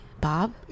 Bob